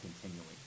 continually